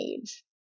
age